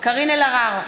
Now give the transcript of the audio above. קארין אלהרר,